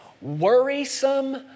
Worrisome